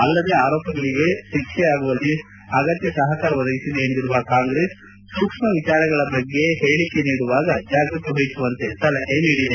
ಅಲ್ಲದೆ ಆರೋಪಿಗಳಿಗೆ ಶಿಕ್ಷೆಯಾಗುವಲ್ಲಿ ಅಗತ್ಜ ಸಹಕಾರ ಒದಗಿಸಿದೆ ಎಂದಿರುವ ಕಾಂಗ್ರೆಸ್ ಸೂಕ್ಷ್ನ ವಿಚಾರಗಳ ಬಗ್ಗೆ ಹೇಳಿಕೆ ನೀಡುವಾಗ ಜಾಗ್ರತೆ ವಹಿಸುವಂತೆ ಸಲಹೆ ನೀಡಿದೆ